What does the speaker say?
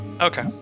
Okay